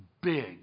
big